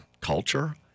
culture